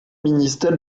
ministre